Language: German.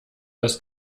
das